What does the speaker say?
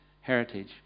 heritage